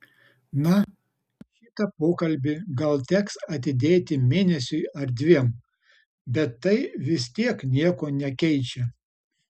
na šitą pokalbį gal teks atidėti mėnesiui ar dviem bet tai vis tiek nieko nekeičia